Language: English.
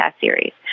series